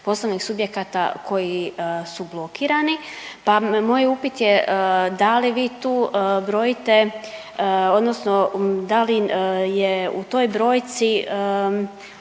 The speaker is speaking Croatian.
poslovnih subjekata koji su blokirani pa moj upit je da li vi tu brojite odnosno da li je u toj brojci